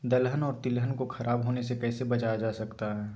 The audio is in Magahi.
दलहन और तिलहन को खराब होने से कैसे बचाया जा सकता है?